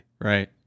Right